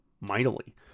mightily